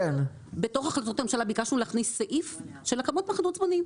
בתוך החלטות הממשלה ביקשנו להכניס סעיף של הקמת מחנות זמניים.